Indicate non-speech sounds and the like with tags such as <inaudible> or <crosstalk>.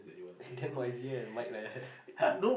and <laughs> damn noisy leh the mic leh <laughs>